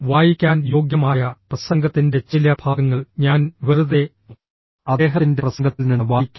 വായിക്കാൻ യോഗ്യമായ പ്രസംഗത്തിൻ്റെ ചില ഭാഗങ്ങൾ ഞാൻ വെറുതെ അദ്ദേഹത്തിൻ്റെ പ്രസംഗത്തിൽ നിന്ന് വായിക്കുക